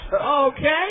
Okay